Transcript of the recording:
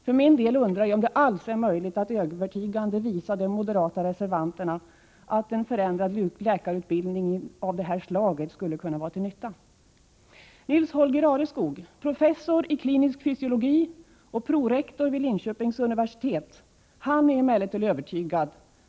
För min del undrar jag om det alls är möjligt att övertygande visa de moderata reservanterna att en förändrad läkarutbildning av detta slag kan vara till nytta. Nils-Holger Areskog, professor i klinisk fysiologi och prorektor vid Linköpings universitet, är emellertid övertygad.